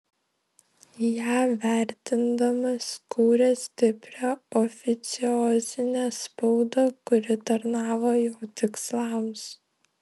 ją vertindamas kūrė stiprią oficiozinę spaudą kuri tarnavo jo tikslams